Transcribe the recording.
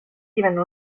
divenne